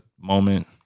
moment